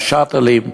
וה"שאטלים"